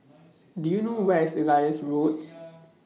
Do YOU know Where IS Elias Road